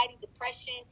depression